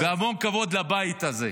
-- והמון כבוד לבית הזה.